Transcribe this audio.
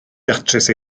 datrys